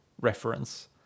reference